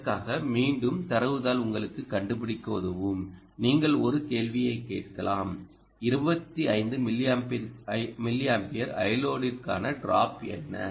இதற்காக மீண்டும் தரவு தாள் உங்களுக்கு கண்டுபிடிக்க உதவும் நீங்கள் ஒரு கேள்வியைக் கேட்கலாம் 25 மில்லியம்பியர் Iload ற்கான டிராப் என்ன